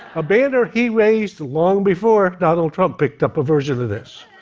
a banner he raised long before donald trump picked up a version of this.